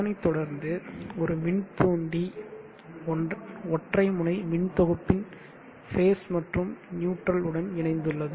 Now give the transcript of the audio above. அதனைத்தொடர்ந்து ஒரு மின்தூண்டி ஒற்றை முனை மின் தொகுப்பின் பேஸ் மற்றும் நியூட்ரல் உடன் இணைந்துள்ளது